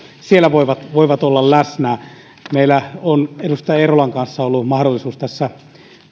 siellä voivat voivat olla läsnä me olemme edustaja eerolan kanssa tässä